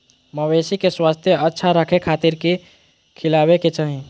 मवेसी के स्वास्थ्य अच्छा रखे खातिर की खिलावे के चाही?